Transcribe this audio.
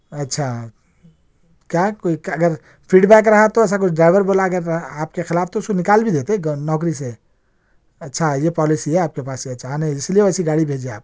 اچھا کیا کوئی کہ اگر فیڈ بیک رہا تو ایسا کچھ اگر ڈرائیور بولا اگر آپ کے خلاف تو اس کو نکال بھی دیتے نوکری سے اچھا یہ پالیسی ہے آپ کے پاس اچھا ہاں نہیں اسی لئے ویسی گاڑی بھیجی آپ